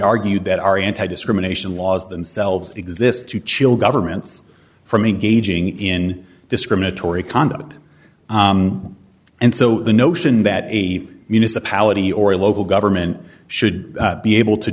argued that our anti discrimination laws themselves exist to chill governments for me gauging in discriminatory conduct and so the notion that a municipality or local government should be able to